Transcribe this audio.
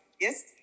yes